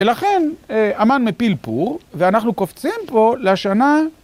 ולכן, המן מפיל פור, ואנחנו קופצים פה לשנה...